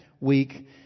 week